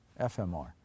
FMR